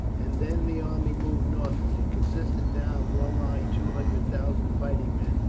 and then the army moved northward. it consisted now of well nigh two hundred thousand fighting men,